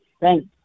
Thanks